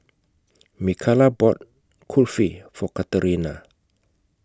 Mikala bought Kulfi For Katerina